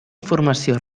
informació